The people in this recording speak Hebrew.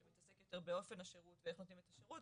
שעוסק יותר באופן השירות ואיך נותנים את השירות